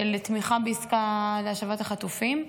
של תמיכה בעסקה להשבת החטופים,